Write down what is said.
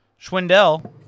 Schwindel